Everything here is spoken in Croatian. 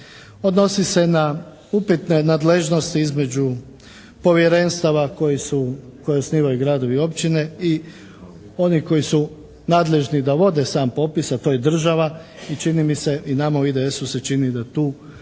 Odnosi se na upitne nadležnosti između povjerenstava koje osnivaju gradovi i općine i oni koji su nadležni da vode sam popis, a to je država. I čini mi se, i nama u IDS-u se čini da tu nije